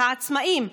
העצמאים,